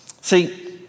See